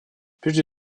прежде